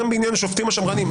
גם בעניין השופטים השמרנים,